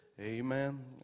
Amen